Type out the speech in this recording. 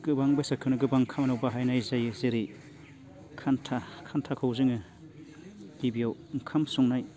गोबां बेसादखोनो गोबां खामानियाव बाहायनाय जायो जेरै खान्था खान्थाखौ जोङो गिबियाव ओंखाम संनाय